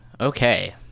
okay